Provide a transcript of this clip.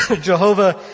Jehovah